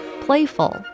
playful